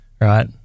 Right